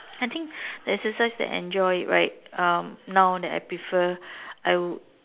I think the exercise that enjoy right um now that I prefer I would